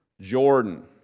Jordan